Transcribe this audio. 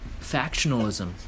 factionalism